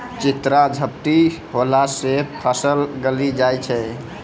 चित्रा झपटी होला से फसल गली जाय छै?